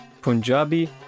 Punjabi